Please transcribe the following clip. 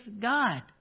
God